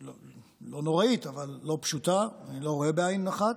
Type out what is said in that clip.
לא נוראית אבל לא פשוטה, אני לא רואה בעין אחת,